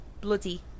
bloody